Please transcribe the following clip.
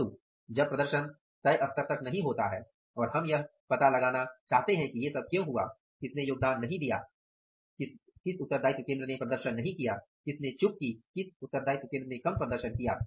परन्तु जब प्रदर्शन तय स्तर तक नहीं होता है और हम यह पता लगाना चाहते हैं कि ये सब क्यों हुआ किसने योगदान नहीं किया किसने चूक की किसने कम प्रदर्शन किया